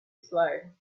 slow